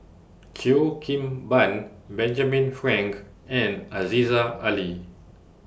Cheo Kim Ban Benjamin Frank and Aziza Ali